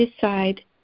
decide